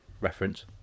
reference